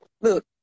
look